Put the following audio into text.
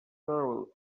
gravel